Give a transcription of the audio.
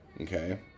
Okay